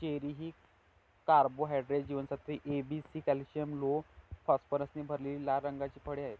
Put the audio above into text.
cherry ही carbohydrates, जीवनसत्त्वे A, B, C, calcium, लोह, फॉस्फरसने भरलेली लाल रंगाची फळे आहेत